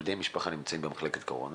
שבני המשפחה נמצאים במחלקת קורונה